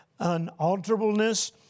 unalterableness